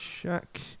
check